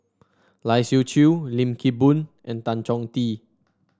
Lai Siu Chiu Lim Kim Boon and Tan Chong Tee